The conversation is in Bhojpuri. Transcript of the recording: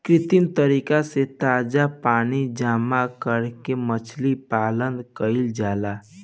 कृत्रिम तरीका से ताजा पानी जामा करके मछली पालन कईल जाला